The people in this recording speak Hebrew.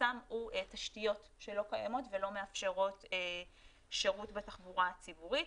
החסם הוא תשתיות שלא קיימות ולא מאפשרות שירות בתחבורה הציבורית.